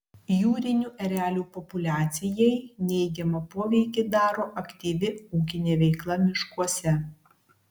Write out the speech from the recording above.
jūrinių erelių populiacijai neigiamą poveikį daro aktyvi ūkinė veikla miškuose